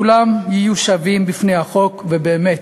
כולם יהיו שווים בפני החוק, ובאמת.